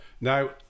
Now